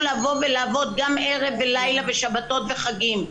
לבוא ולעבוד גם ערב ולילה ושבתות וחגים.